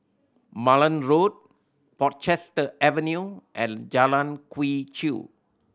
Malan Road Portchester Avenue and Jalan Quee Chew